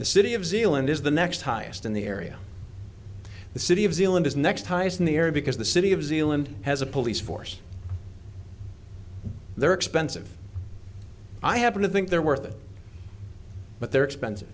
the city of zealand is the next highest in the area the city of zealand is next highest in the area because the city of zealand has a police force they're expensive i happen to think they're worth but they're expensive